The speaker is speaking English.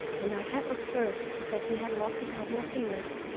and i had observed that he had lost a couple of fingers,